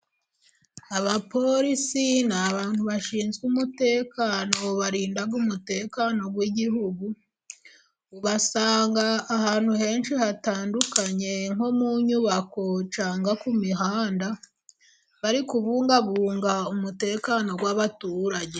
Abapolisi n'abantu bashinzwe umutekano, barinda umutekano w'igihugu ubasanga ahantu henshi hatandukanye nko mu nyubako cyagwa ku mihanda bari kubungabunga umutekano w'abaturage.